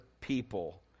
people